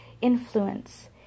influence